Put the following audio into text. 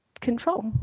control